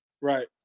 right